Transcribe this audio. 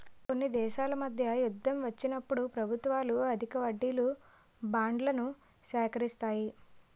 కొన్ని దేశాల మధ్య యుద్ధం వచ్చినప్పుడు ప్రభుత్వాలు అధిక వడ్డీలకు బాండ్లను సేకరిస్తాయి